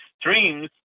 streams